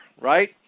right